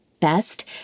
best